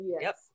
Yes